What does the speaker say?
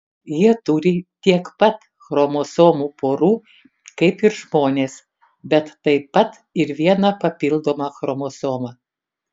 jie turi tiek pat chromosomų porų kaip ir žmonės bet taip pat ir vieną papildomą chromosomą